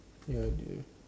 ya